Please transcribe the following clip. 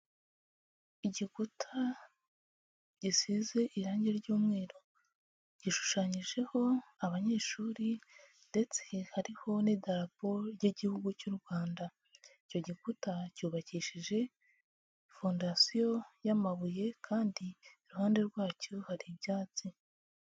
Igikuta gisize irangi ry'umweru, gishushanyijeho abanyeshuri, ndetse hariho n'idarapo ry'igihugu cy'u Rwanda. Icyo gikuta cyubakishije fondasiyo y'amabuye, kandi iruhande rwacyo hari ibyatsi.